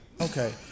Okay